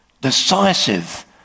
decisive